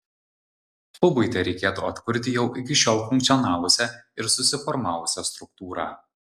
klubui tereikėtų atkurti jau iki šiol funkcionavusią ir susiformavusią struktūrą